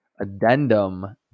addendum